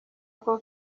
ako